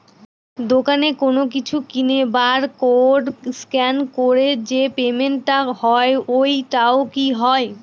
দোকানে কোনো কিছু কিনে বার কোড স্ক্যান করে যে পেমেন্ট টা হয় ওইটাও কি হয়?